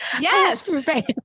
Yes